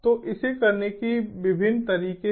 तो इसे करने के विभिन्न तरीके हैं